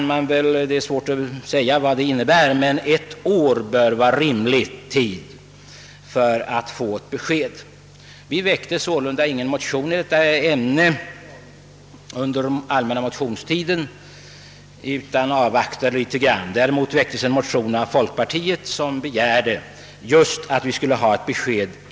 Det är svårt att säga vad som menas med snarast, men ett år bör vara rimlig tid för att få ett besked. Vi väckte sålunda ingen motion i; detta ämne under den allmänna mo tionstiden utan avvaktade. Däremot väcktes en motion av folkpartiet som begärde besked till höstriksdagen.